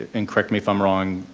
and correct me if i'm wrong,